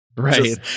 Right